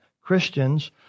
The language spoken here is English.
Christians